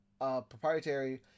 proprietary